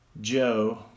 Joe